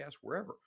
wherever